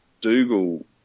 Dougal